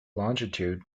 longitude